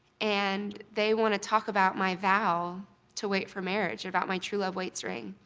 and they wanna talk about my vow to wait for marriage, about my true love waits ring.